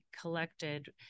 collected